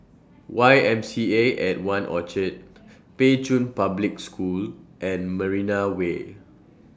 Y M C A At one Orchard Pei Chun Public School and Marina Way